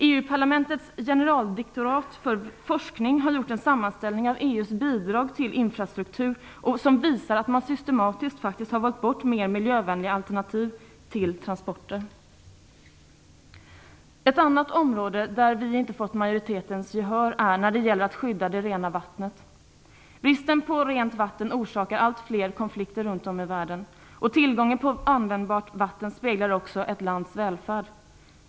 EU-parlamentets generaldirektorat för forskning har gjort en sammanställning av EU:s bidrag till infrastruktur, som visar att man systematiskt valt bort mer miljövänliga alternativ till transporter. Ett annat område där vi inte har fått majoritetens gehör är när det gäller att skydda det rena vattnet. Bristen på rent vatten orsakar allt fler konflikter runt om i världen. Tillgången på användbart vatten speglar också ett lands välfärd.